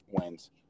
wins